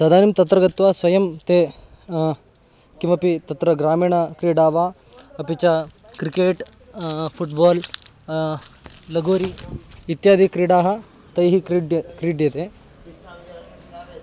तदानीं तत्र गत्वा स्वयं ते किमपि तत्र ग्रामीणक्रीडा वा अपि च क्रिकेट् फ़ुट्बाल् लगोरि इत्यादिक्रीडाः तैः क्रीड्यं क्रीड्यन्ते